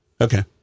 Okay